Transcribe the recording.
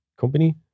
company